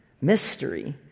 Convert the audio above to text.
mystery